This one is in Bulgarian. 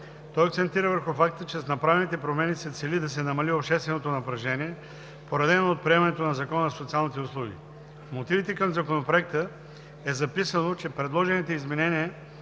Той акцентира върху факта, че с направените промени се цели да се намали общественото напрежение, породено от приемането на Закона за социалните услуги. В мотивите към Законопроекта е записано, че предложените изменения